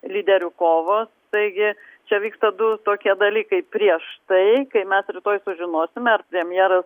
lyderių kovos taigi čia vyksta du tokie dalykai prieš tai kai mes rytoj sužinosime ar premjeras